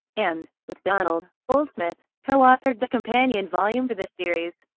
and, with donald goldsmith, co-authored the companion volume for this series,